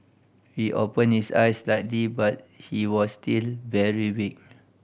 he opened his eyes slightly but he was still very weak